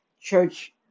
church